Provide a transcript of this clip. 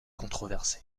controversé